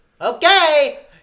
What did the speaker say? Okay